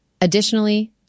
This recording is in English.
Additionally